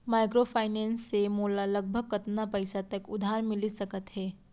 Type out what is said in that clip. Microfinance से मोला लगभग कतना पइसा तक उधार मिलिस सकत हे?